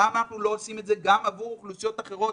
למה אנחנו לא עושים את זה גם עבור אוכלוסיות אחרות?